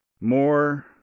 more